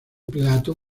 plato